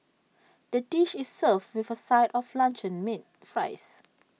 the dish is served with A side of luncheon meat fries